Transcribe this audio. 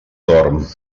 dorm